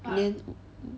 then